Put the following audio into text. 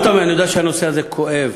אני יודע שהנושא הזה כואב